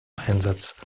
einsatz